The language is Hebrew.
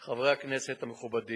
חברי הכנסת המכובדים,